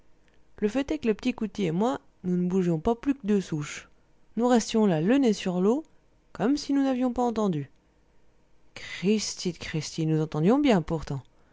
le fait est que le petit coutil et moi nous ne bougions pas plus que deux souches nous restions là le nez sur l'eau comme si nous n'avions pas entendu cristi de cristi nous entendions bien pourtant